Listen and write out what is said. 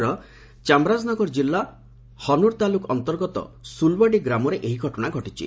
ରାଜ୍ୟର ଚାମରାଜନଗର ଜିଲ୍ଲା ହନୁର୍ ତାଲୁକ୍ ଅନ୍ତର୍ଗତ ସୁଲ୍ୱାଡ଼ି ଗାଁରେ ଏହି ଘଟଣା ଘଟିଛି